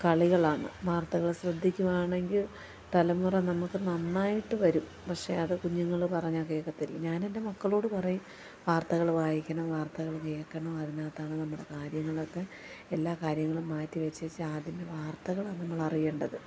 കളികളാണ് വാർത്തകൾ ശ്രദ്ധിക്കുകയാണെങ്കിൽ തലമുറ നമുക്ക് നന്നായിട്ട് വരും പക്ഷെ അത് കുഞ്ഞുങ്ങൾ പറഞ്ഞാൽ കേൾക്കത്തില്ല ഞാൻ എൻ്റെ മക്കളോട് പറയും വാർത്തകൾ വായിക്കണം വാർത്തകൾ കേൾക്കണം അതിനകത്താണ് നമ്മുടെ കാര്യങ്ങളൊക്കെ എല്ലാ കാര്യങ്ങളും മാറ്റി വച്ചേച്ച് ആദ്യമേ വാർത്തകളാണ് നമ്മൾ അറിയേണ്ടത്